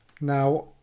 Now